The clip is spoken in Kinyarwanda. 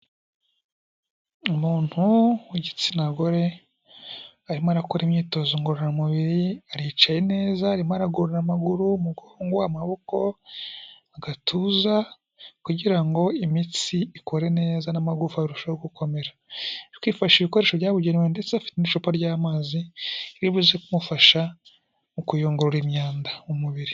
Umuntu w'igitsina gore arimo akora imyitozo ngororamubiri aricaye neza arimo aragorora amaguru, umugongo, amaboko, agatuza kugira ngo imitsi ikore neza n'amagufa arushaho gukomera. Ari kwifashisha ibikoresho byabugenewe ndetse afite n'icupa ry'amazi riribuze kumufasha mu kuyungurura imyanda umubiri.